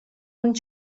und